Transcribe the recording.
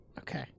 Okay